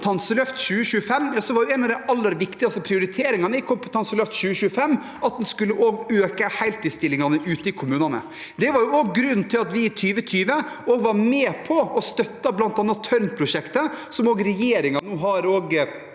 Kompetanseløft 2025, var en av de aller viktigste prioriteringene at en skulle øke antall heltidsstillinger ute i kommunene. Det var også grunnen til at vi i 2020 var med på og støttet bl.a. Tørn-prosjektet, som regjeringen nå